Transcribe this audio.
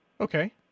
Okay